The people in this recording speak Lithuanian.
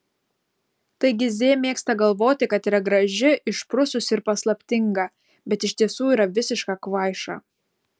taigi z mėgsta galvoti kad yra graži išprususi ir paslaptinga bet iš tiesų yra visiška kvaiša